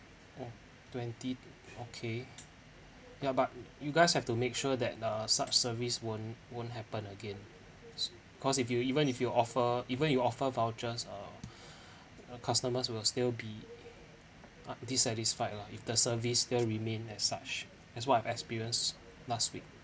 oh twenty okay ya but you guys have to make sure that uh such service won't won't happen again cause if you even if you offer even you offer vouchers uh uh customers will still be dissatisfied lah if the service still remained as such as what I've experienced last week